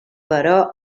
però